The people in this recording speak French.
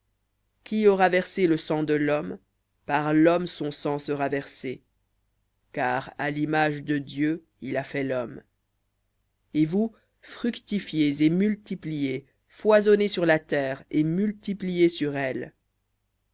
qui aura versé le sang de l'homme par l'homme son sang sera versé car à l'image de dieu il a fait lhomme et vous fructifiez et multipliez foisonnez sur la terre et multipliez sur elle